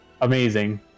amazing